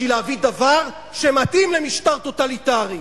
בשביל להביא דבר שמתאים למשטר טוטליטרי.